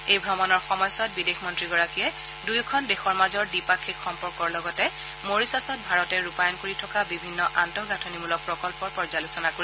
এই ভ্ৰমণৰ সময়ছোৱাত বিদেশমন্ৰীগৰাকীয়ে দুয়োখন দেশৰ মাজৰ দ্বিপাক্ষিক সম্পৰ্কৰ লগতে মৰিচাছত ভাৰতে ৰূপায়ণ কৰি থকা বিভিন্ন আন্তঃগাঁঠনিমূলক প্ৰকল্পৰ পৰ্যালোচনা কৰিব